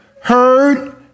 heard